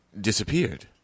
disappeared